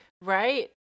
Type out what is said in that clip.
right